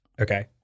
Okay